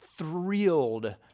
thrilled